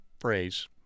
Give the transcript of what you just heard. phrase